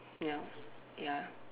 ya ya